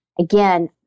again